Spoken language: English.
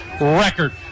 record